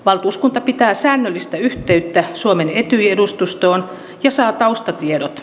valtuuskunta pitää säännöllistä yhteyttä suomen etyj edustustoon ja saa taustatiedot